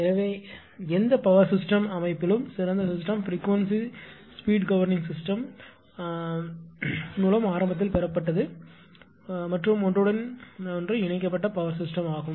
எனவே எந்த power system அமைப்பிலும் சிறந்த system frequency speed governing system மூலம் ஆரம்பத்தில் பெறப்பட்டது மற்றும் ஒன்றுடன் ஒன்று இணைக்கப்பட்ட பவர் சிஸ்டம் ஆகும்